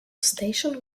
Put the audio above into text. station